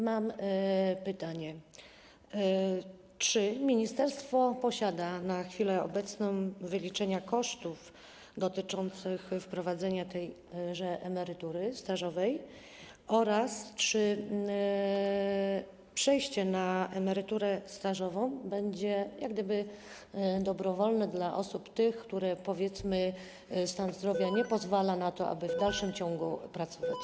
Mam pytanie, czy ministerstwo posiada na chwilę obecną wyliczenia kosztów dotyczących wprowadzenia tejże emerytury stażowej oraz czy przejście na emeryturę stażową będzie dobrowolne dla osób, którym, powiedzmy, stan zdrowia nie pozwala na to, aby w dalszym ciągu pracować.